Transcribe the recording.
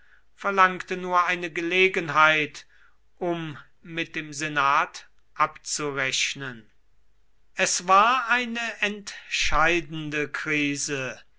verlangte nur eine gelegenheit um mit dem senat abzurechnen es war eine entscheidende krise